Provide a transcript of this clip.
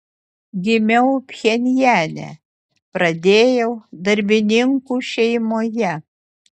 gimiau pchenjane pradėjau darbininkų šeimoje